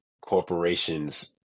corporations